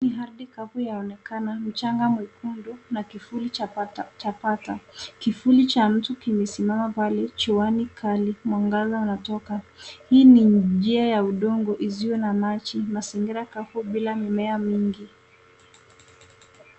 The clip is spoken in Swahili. Ardhi kavu yaonekana, mchanga mwekundu na kivuli cha patapata. Kivuli cha mtu kimesimama pale juani kali mwangaza unatoka. Hii ni njia ya udongo isiyo na maji , mazingira kavu bila mimea mingi.